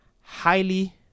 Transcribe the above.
Highly